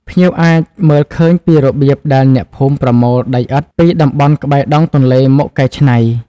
ភ្ញៀវអាចមើលឃើញពីរបៀបដែលអ្នកភូមិប្រមូល ដីឥដ្ឋ ពីតំបន់ក្បែរដងទន្លេមកកែច្នៃ។